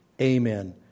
Amen